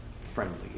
friendly